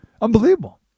unbelievable